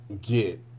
get